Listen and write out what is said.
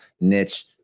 niche